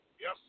Yes